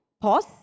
pause